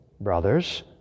brothers